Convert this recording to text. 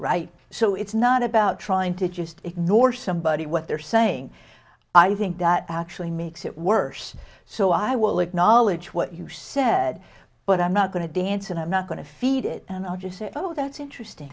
right so it's not about trying to just ignore somebody what they're saying i think that actually makes it worse so i will acknowledge what you said but i'm not going to dance and i'm not going to feed it and i'll just say oh that's interesting